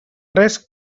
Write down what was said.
res